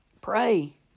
Pray